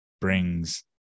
brings